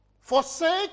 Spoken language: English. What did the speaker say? forsake